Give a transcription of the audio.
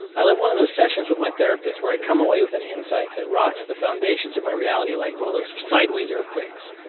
i love one of those sessions with my therapist where i come away with an insight that rocks the foundations of my reality, like one of those sideways earthquakes.